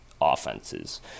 offenses